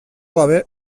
gabe